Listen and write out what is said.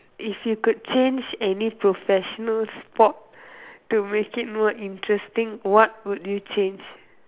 if you could change any professional sport to make it more interesting what would you change